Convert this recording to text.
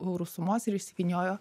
eurų sumos ir išsivyniojo